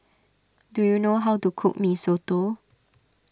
do you know how to cook Mee Soto